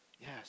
yes